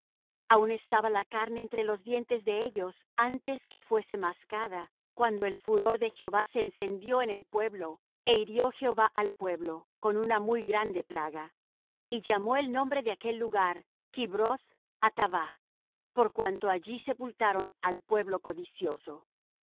aun estaba la carne entre los dientes de ellos antes que fuese mascada cuando el furor de jehová se encendió en el pueblo é hirío jehová al pueblo con una muy grande plaga y llamó el nombre de aquel lugar kibroth hattaavah por cuanto allí sepultaron al pueblo codicioso de